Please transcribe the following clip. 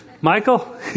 Michael